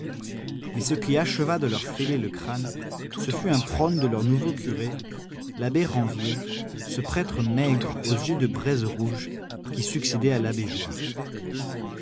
mais ce qui acheva de leur fêler le crâne ce fut un prône de leur nouveau curé l'abbé ranvier ce prêtre maigre aux yeux de braise rouge qui succédait à l'abbé joire